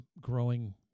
growing